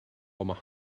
yma